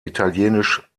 italienisch